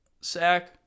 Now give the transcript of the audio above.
sack